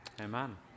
Amen